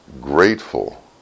grateful